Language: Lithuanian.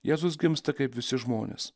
jėzus gimsta kaip visi žmonės